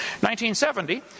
1970